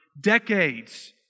decades